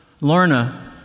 Lorna